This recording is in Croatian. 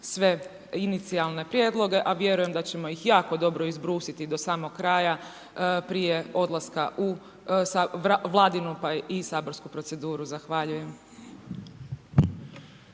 sve inicijalne prijedloge, a vjerujem da ćemo ih jako dobro izbrusiti do samog kraja prije odlaska u Vladinu, pa i saborsku proceduru. Zahvaljujem.